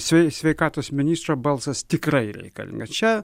svei sveikatos ministro balsas tikrai reikalingas čia